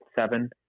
seven